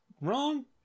wrong